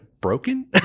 broken